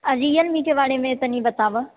आ रियलमी के बारे मे तनी बताबऽ